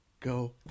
Go